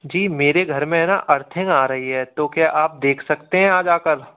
जी मेरे घर में है ना अर्थिंग आ रही है तो क्या आप देख सकते हैं आज आ कर